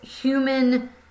human